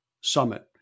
summit